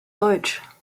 deutsch